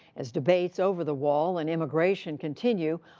as debates over the wall and immigration continue,